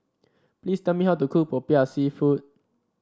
please tell me how to cook popiah seafood